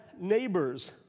neighbors